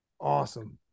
Awesome